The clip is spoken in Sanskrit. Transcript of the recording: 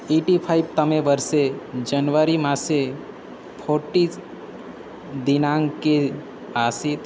यैटि फ़ै तमे वर्षे जन्वरी मासे फ़ोर्टि दिनाङ्के आसीत्